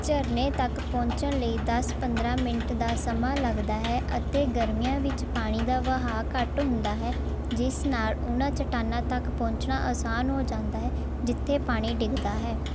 ਝਰਨੇ ਤੱਕ ਪਹੁੰਚਣ ਲਈ ਦਸ ਪੰਦਰਾਂ ਮਿੰਟ ਦਾ ਸਮਾਂ ਲੱਗਦਾ ਹੈ ਅਤੇ ਗਰਮੀਆਂ ਵਿੱਚ ਪਾਣੀ ਦਾ ਵਹਾਅ ਘੱਟ ਹੁੰਦਾ ਹੈ ਜਿਸ ਨਾਲ ਉਨ੍ਹਾਂ ਚਟਾਨਾਂ ਤੱਕ ਪਹੁੰਚਣਾ ਅਸਾਨ ਹੋ ਜਾਂਦਾ ਹੈ ਜਿੱਥੇ ਪਾਣੀ ਡਿੱਗਦਾ ਹੈ